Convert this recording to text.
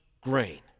grain